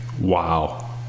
Wow